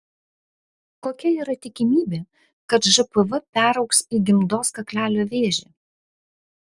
kokia yra tikimybė kad žpv peraugs į gimdos kaklelio vėžį